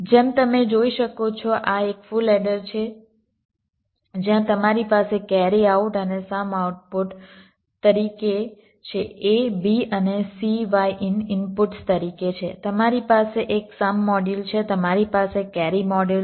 જેમ તમે જોઈ શકો છો આ એક ફુલ એડર છે જ્યાં તમારી પાસે કેરી આઉટ અને સમ આઉટપુટ તરીકે છે a b અને cy in ઇનપુટ્સ તરીકે છે તમારી પાસે એક સમ મોડ્યુલ છે તમારી પાસે કેરી મોડ્યુલ છે